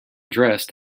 dressed